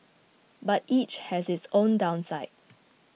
but each has its own downside